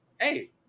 Hey